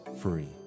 Free